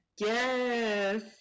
Yes